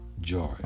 joy